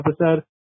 episode